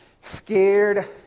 scared